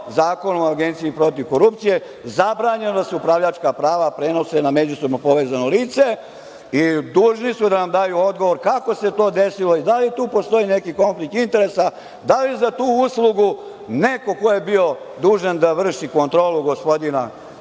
Zakonom o Agenciji protiv korupcije, zabranjeno je da se upravljačka prava prenose na međusobno povezano lice? Dužni su da nam daju odgovor kako se to desilo i da li tu postoji neki konflikt interesa, da li za tu uslugu neko ko je bio dužan da vrši kontrolu gospodina